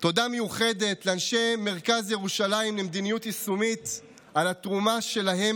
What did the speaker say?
תודה מיוחדת לאנשי מרכז ירושלים למדיניות יישומית על התרומה שלהם